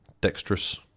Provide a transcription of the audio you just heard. dexterous